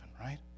right